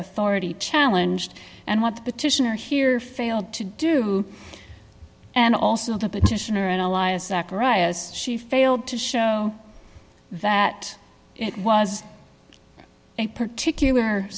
authority challenge and what the petitioner here failed to do and also the petitioner and elias failed to show that it was a particular